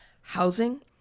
housing